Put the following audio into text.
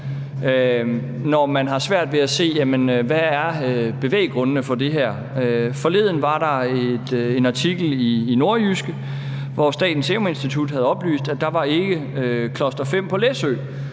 når man har svært ved at se, hvad bevæggrundene for det her er. Forleden var der en artikel i Nordjyske, hvor Statens Serum Institut havde oplyst, at der ikke var cluster-5 på Læsø,